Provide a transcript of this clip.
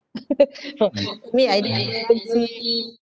for for me I typically